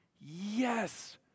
yes